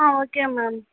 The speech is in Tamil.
ah okay ma'am